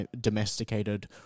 domesticated